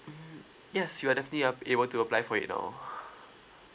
mm yes you are definitely uh able to apply for it now